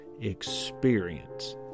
experience